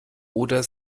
oder